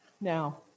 Now